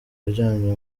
aryamye